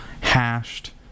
hashed